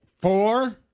Four